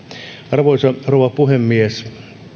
arvoisa rouva puhemies